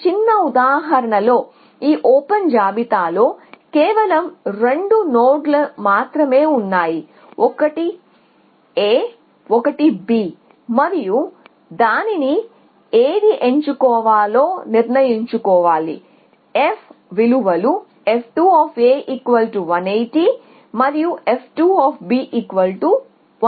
ఈ చిన్న ఉదాహరణలో ఓపెన్ జాబితాలో కేవలం రెండు నోడ్లు మాత్రమే ఉన్నాయి ఒకటి A ఒకటి B మరియు దానిని ఏది ఎంచుకోవాలో నిర్ణయించుకోవాలి f విలువలు f2 180 మరియు f2170